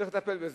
צריך לטפל בזה.